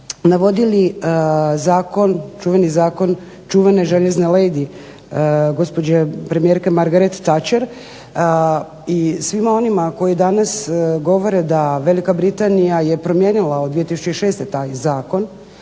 navodili čuveni zakon čuvene željezne lady gospođe premijerke gospođe Margaret Tacher i svima onima koji danas govore da Velika Britanija je promijenila od 2006. taj zakon,